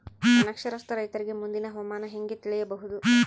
ಅನಕ್ಷರಸ್ಥ ರೈತರಿಗೆ ಮುಂದಿನ ಹವಾಮಾನ ಹೆಂಗೆ ತಿಳಿಯಬಹುದು?